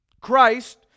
Christ